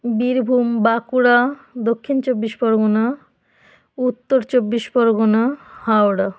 Birbhum Bankura Dakshin Chabbish Pargana Uttar Chabbish Pargana Howrah